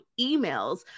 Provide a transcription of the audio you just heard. emails